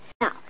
Now